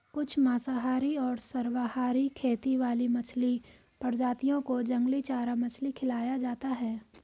कुछ मांसाहारी और सर्वाहारी खेती वाली मछली प्रजातियों को जंगली चारा मछली खिलाया जाता है